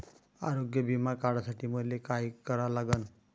आरोग्य बिमा काढासाठी मले काय करा लागन?